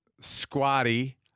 squatty